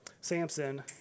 Samson